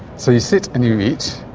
so you sit and you eat.